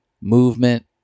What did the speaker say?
Movement